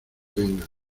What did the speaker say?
vengan